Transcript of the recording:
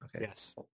Yes